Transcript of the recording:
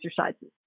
exercises